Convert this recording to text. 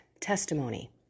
testimony